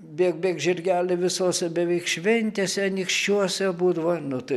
bėk bėk žirgeli visose beveik šventėse anykščiuose būdavo nu tai